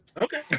Okay